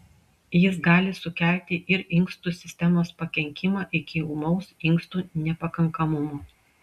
jis gali sukelti ir inkstų sistemos pakenkimą iki ūmaus inkstų nepakankamumo